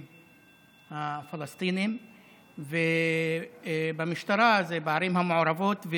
הפלסטינים ובמשטרה זה בערים המעורבות,